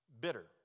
bitter